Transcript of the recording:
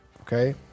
Okay